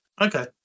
Okay